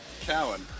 Cowan